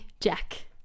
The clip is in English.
Jack